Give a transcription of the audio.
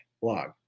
blog